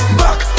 back